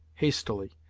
hastily,